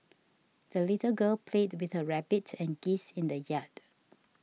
the little girl played with her rabbit and geese in the yard